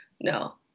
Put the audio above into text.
no